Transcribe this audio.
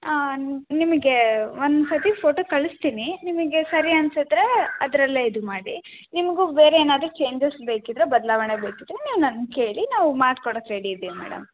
ಹಾಂ ನಿಮಗೆ ಒಂದು ಸರ್ತಿ ಫೋಟೋ ಕಳಸ್ತೀನಿ ನಿಮಗೆ ಸರಿ ಅನ್ಸದ್ದರೆ ಅದರಲ್ಲೇ ಇದು ಮಾಡಿ ನಿಮಗೂ ಬೇರೆ ಏನಾದರು ಚೇಂಜಸ್ ಬೇಕಿದ್ದರೆ ಬದಲಾವಣೆ ಬೇಕಿದ್ದರೆ ನೀವು ನನ್ನನ್ನು ಕೇಳಿ ನಾವು ಮಾಡ್ಕೊಡಕ್ಕೆ ರೆಡಿ ಇದೀವಿ ಮೇಡಮ್